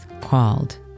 called